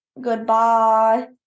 Goodbye